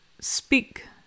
speak